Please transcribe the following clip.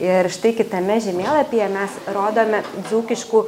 ir štai kitame žemėlapyje mes rodome dzūkiškų